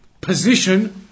position